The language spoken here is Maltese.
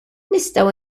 nistgħu